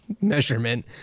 measurement